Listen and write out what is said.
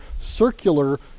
circular